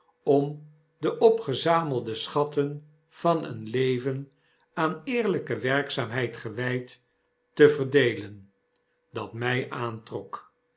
om de opgezamelde schatten van een leven aaneerlpe afgewezen werkzaamheid gewyd te verdeelen dat my aantrok